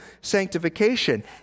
sanctification